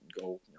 go